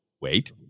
wait